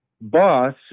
boss